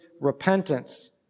repentance